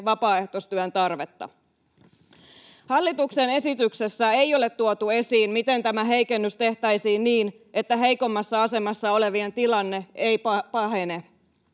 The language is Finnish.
vapaaehtoistyön tarvetta. Hallituksen esityksessä ei ole tuotu esiin, miten tämä heikennys tehtäisiin niin, että heikommassa asemassa olevien tilanne ei pahene.